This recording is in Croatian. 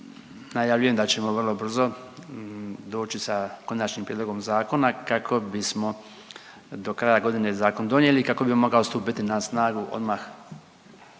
najavljujem da ćemo vrlo brzo doći sa konačnim prijedlogom zakona kako bismo do kraja godine zakon donijeli i kako bi on mogao stupiti na snagu odmah